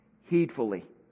heedfully